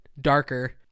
darker